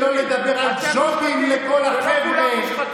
שלא לדבר על ג'ובים לכל החבר'ה,